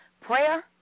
prayer